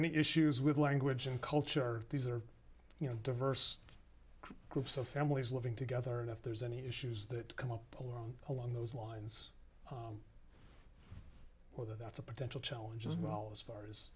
any issues with language and culture these are you know diverse groups of families living together and if there's any issues that come up along those lines well that's a potential challenge as well as far as